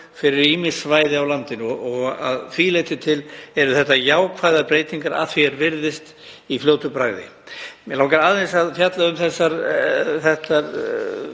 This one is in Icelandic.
fyrir ýmis svæði á landinu, og að því leyti til eru þetta jákvæðar breytingar að því er virðist í fljótu bragði. Mig langar aðeins að fjalla um þennan hluta,